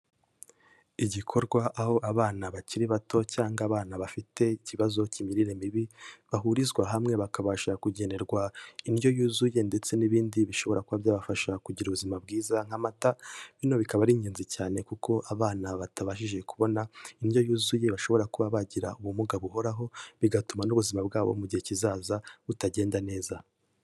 Igikorwa aho abana bakiri bato cyangwa abana bafite ikibazo cy'imirire mibi bahurizwa hamwe bakabasha kugenerwa indyo yuzuye ndetse n'ibindi bishobora kuba byabafasha kugira ubuzima bwiza nk'amata, bino bikaba ari ingenzi cyane kuko abana batabashije kubona indyo yuzuye, bashobora kuba bagira ubumuga buhoraho bigatuma n'ubuzima bwabo mu gihe kizaza butagenda neza.